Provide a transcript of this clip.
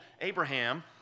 Abraham